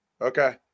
Okay